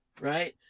right